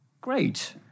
Great